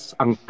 ang